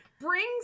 brings